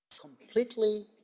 Completely